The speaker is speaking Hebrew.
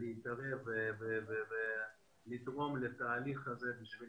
להתערב ולתרום לתהליך הזה כדי